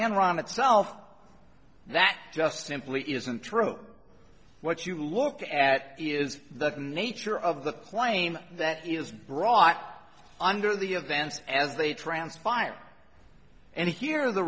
enron itself that just simply isn't true what you look at is the nature of the claim that is brought under the events as they transpired and here the